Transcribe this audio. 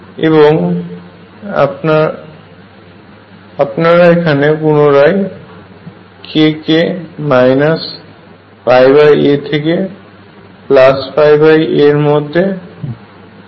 এবং আমরা এখানে পূনরায় k কে a থেকে a এর মধ্যে সীমাবদ্ধ ধরে নিচ্ছি